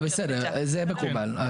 בסדר, זה מקובל.